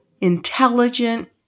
intelligent